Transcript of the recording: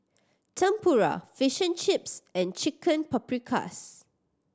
Tempura Fish and Chips and Chicken Paprikas